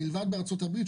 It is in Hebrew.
מלבד בארצות הברית,